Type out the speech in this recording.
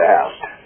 asked